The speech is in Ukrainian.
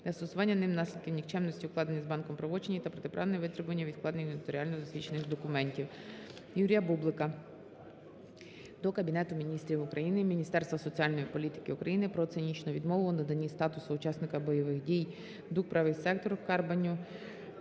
застосування ним наслідків нікчемності укладених з банком правочинів та протиправне витребування від вкладників нотаріально засвідчених документів. Юрія Бублика до Кабінету Міністрів України, Міністерства соціальної політики України про цинічну відмову у наданні статусу учасника бойових дій ДУК "Правий сектор" Карбаню